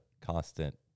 constant